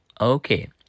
okay